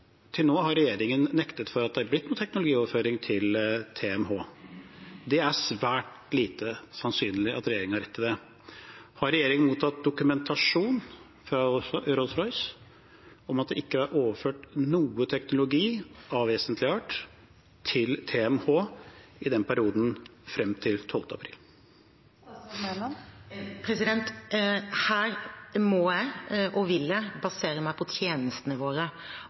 Til nå har regjeringen nektet for at det er blitt noe teknologioverføring til TMH. Det er svært lite sannsynlig at regjeringen har rett i det. Har regjeringen mottatt dokumentasjon fra Rolls-Royce om at det ikke er overført noe teknologi av vesentlig art til TMH i den perioden, frem til 12. april? Her må jeg, og vil jeg, basere meg på tjenestene våre,